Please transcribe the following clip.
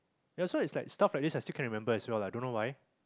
that's why it's like stuff like this as you can remember as well I don't know why